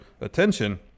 attention